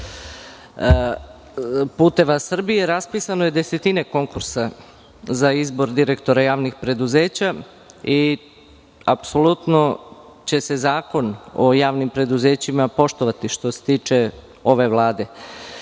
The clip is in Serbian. "Puteva Srbije" i raspisano je desetine konkursa za izbor direktora javnih preduzeća. Apsolutno će se Zakon o javnim preduzećima poštovati, što se tiče ove Vlade. Ono